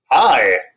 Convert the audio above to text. Hi